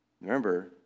remember